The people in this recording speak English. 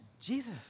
Jesus